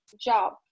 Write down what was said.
job